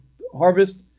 harvest